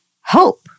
hope